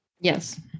Yes